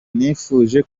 nifuje